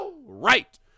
right